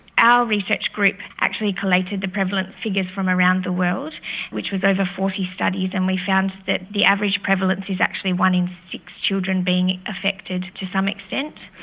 our research group actually collated the prevalent figures from around the world which was over forty studies, and we found that the average prevalence is actually one one in six children being affected to some extent.